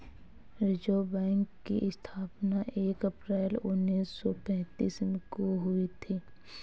reserve bank की स्थापना एक अप्रैल उन्नीस सौ पेंतीस को हुई थी